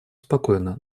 спокойно